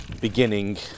beginning